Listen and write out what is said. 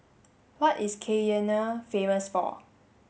what is Cayenne famous for